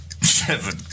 Seven